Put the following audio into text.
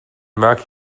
maken